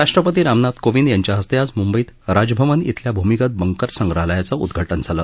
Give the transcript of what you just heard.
राष्ट्रपती रामनाथ कोविंद यांच्या हस्ते आज मुंबईत राजभवन खिल्या भूमिगत बंकर संग्रहालयाचं उद्घाटन झालं